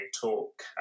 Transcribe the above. talk